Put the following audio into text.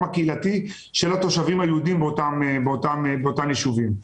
הקהילתי של התושבים היהודים באותם יישובים.